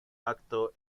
acto